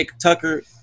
tucker